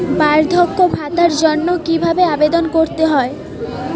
বার্ধক্য ভাতার জন্য কিভাবে আবেদন করতে হয়?